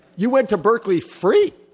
you went to berkeley free.